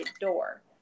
door